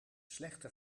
slechte